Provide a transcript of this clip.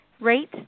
rate